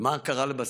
ומה קרה לבסוף?